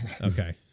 Okay